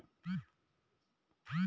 दलहन की फसल कौन से समय में होती है?